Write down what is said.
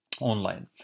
online